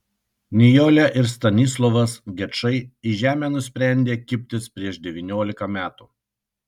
nijolė ir stanislovas gečai į žemę nusprendė kibtis prieš devyniolika metų